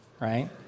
right